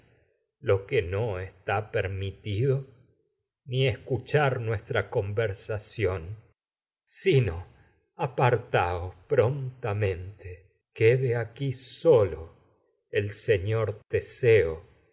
lo que no esfá per mitido taos ni escuchar nuestra conversación sino apar para prontamente quede aquí sólo el señor teseo